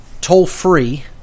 toll-free